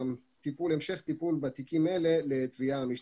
המשך טיפול בתיקים אלה לתביעה המשטרתית.